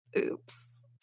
Oops